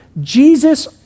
Jesus